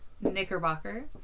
Knickerbocker